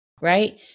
right